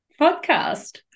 podcast